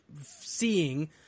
seeing